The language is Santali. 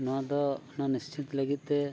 ᱱᱚᱣᱟᱫᱚ ᱚᱱᱟ ᱱᱤᱥᱪᱤᱛ ᱞᱟᱹᱜᱤᱫ ᱛᱮ